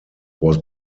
was